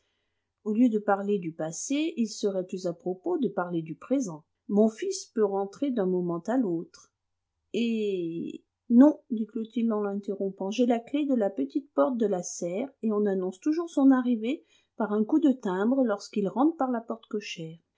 au lieu de parler du passé il serait plus à propos de parler du présent mon fils peut rentrer d'un moment à l'autre et non dit clotilde en l'interrompant j'ai la clef de la petite porte de la serre et on annonce toujours son arrivée par un coup de timbre lorsqu'il rentre par la porte cochère